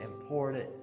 important